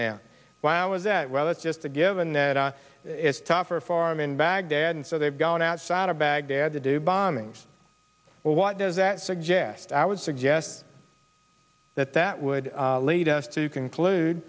now why was that well it's just a given that it's tougher for him in baghdad so they've gone outside of baghdad to do bombings what does that suggest i would suggest that that would lead us to conclude